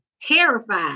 terrified